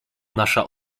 nasza